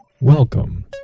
Welcome